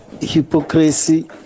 hypocrisy